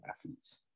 athletes